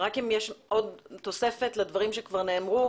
רק אם יש עוד תוספת לדברים שכבר נאמרו.